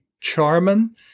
Charman